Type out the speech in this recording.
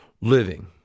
living